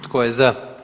Tko je za?